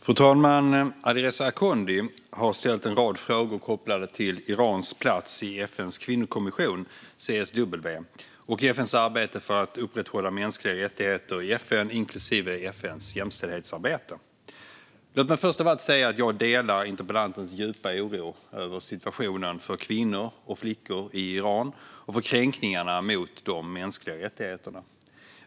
Fru talman! Alireza Akhondi har ställt en rad frågor kopplade till Irans plats i FN:s kvinnokommission CSW och FN:s arbete för att upprätthålla mänskliga rättigheter i FN, inklusive FN:s jämställdhetsarbete. Svar på interpellationer Låt mig först av allt säga att jag delar interpellantens djupa oro över situationen för kvinnor och flickor i Iran och för kränkningarna mot de mänskliga rättigheterna.